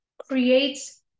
creates